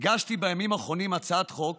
הגשתי בימים האחרונים הצעת חוק